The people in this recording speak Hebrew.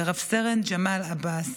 ורב-סרן ג'מאל עבאס.